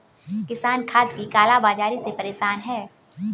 किसान खाद की काला बाज़ारी से परेशान है